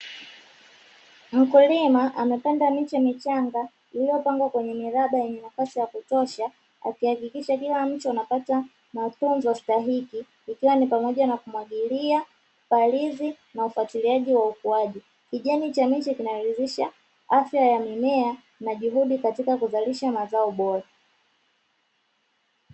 Mkulima amepanda miche michanga iliyopangwa kwenye miraba yenye nafasi ya kutosha, akihakikisha kila mche unapata matunzo stahiki ikiwa ni pamoja na kumwagilia, palizi na ufuatiliaji wa ukuaji. Kijani cha miche kinaridhisha afya ya mimea na juhudi katika kuzalisha mazao bora.